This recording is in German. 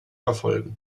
verfolgen